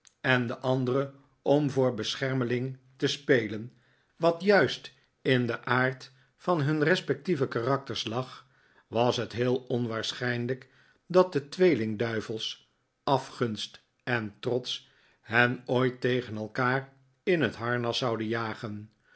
en de andere om voor beschermeling te spelen wat juist in den aard van hun respectieve karakters lag was het heel onwaarschijnlijk dat de tweelingduivels afgunst en trots hen ooit tegen elkaar in het harnas zouden jagen